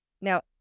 Now